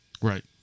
Right